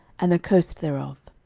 and the coast thereof.